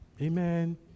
Amen